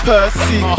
Percy